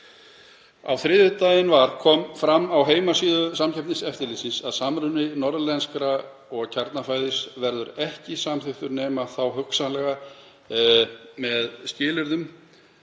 Á þriðjudaginn kom fram á heimasíðu Samkeppniseftirlitsins að samruni Norðlenska og Kjarnafæðis verður ekki samþykktur nema þá hugsanlega með skilyrðum.